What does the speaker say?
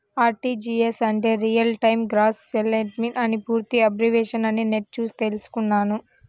RTGS అంటే real time gross settlement అని పూర్తి అబ్రివేషన్ అని నెట్ చూసి తెల్సుకున్నాను